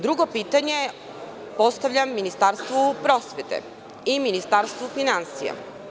Drugo pitanje postavljam Ministarstvu prosvete i Ministarstvu finansija.